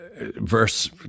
verse